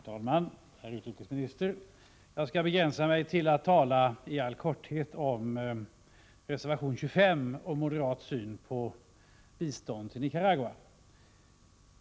Herr talman! Herr utrikesminister! Jag skall begränsa mig till att tala i all korthet om reservation 25 om moderat syn på biståndet till Nicaragua.